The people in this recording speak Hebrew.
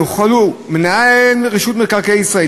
יוכלו רשות מקרקעי ישראל,